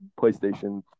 PlayStation